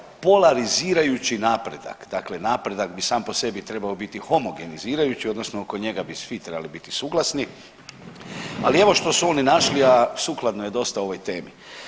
Polarizirajući napredak, dakle napredak bi sam po sebi trebao biti homogenizirajući odnosno oko njega bi svi trebali biti suglasni ali evo što su oni našli a sukladno je dosta ovoj temi.